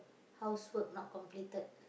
housework not completed